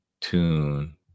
tune